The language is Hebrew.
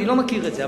אני לא מכיר את זה,